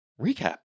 recap